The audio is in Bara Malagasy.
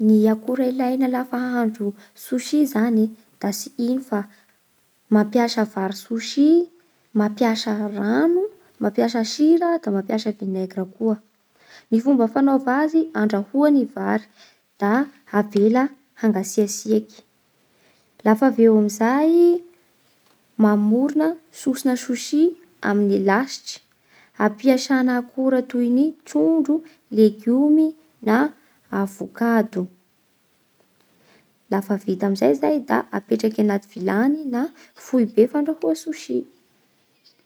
Ny akora ilaina lafa ahandro sushi zany da tsy ino fa mampiasa vary sushi, mampiasa rano, mampiasa sira da mampiasa vinaigra koa. Ny fomba fanaova azy: andrahoa ny vary da avela hangatsiatsiaky. Lafaveo amin'izay mamorona sosina sushi amin'ny lasitra. ampiasana akora toy ny trondro, legiomy, na avokado. Lafa vita amin'izay izay da apetraky anaty vilany na foibe fandrahoa sushi.